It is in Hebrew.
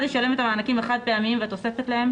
ישלם את המענקים החד פעמיים והתוספת להם,